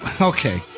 Okay